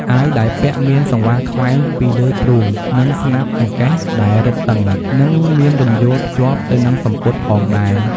អាវដែលពាក់មានសង្វារខ្វែងពីរលើទ្រូង និងស្នាប់ចង្កេះដែលរឹតតឹង និងមានរំយោលភ្ជាប់ទៅនឹងសំពត់ផងដែរ។